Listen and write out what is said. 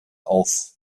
auf